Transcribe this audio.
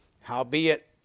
Howbeit